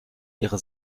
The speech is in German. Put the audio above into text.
ihre